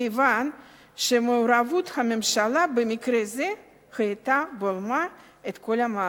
כיוון שמעורבות הממשלה במקרה זה היתה בולמת את כל המהלך.